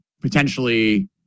potentially